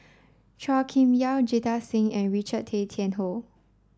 Chua Kim Yeow Jita Singh and Richard Tay Tian Hoe